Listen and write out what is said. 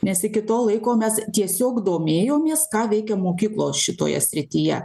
nes iki tol laiko mes tiesiog domėjomės ką veikė mokyklos šitoje srityje